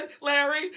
Larry